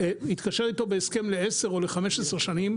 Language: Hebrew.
יתקשר איתו בהסכם לעשר או 15 שנים,